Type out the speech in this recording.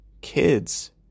Kids